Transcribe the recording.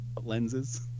lenses